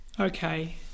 Okay